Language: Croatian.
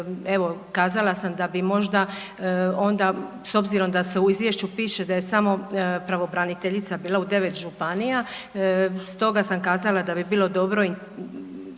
evo kazala sam da bi možda onda s obzirom da se u izvješću piše da je samo pravobraniteljica bila u 9 županija stoga sam kazala da bi bilo dobro